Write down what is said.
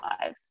lives